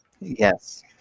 yes